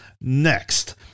next